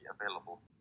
available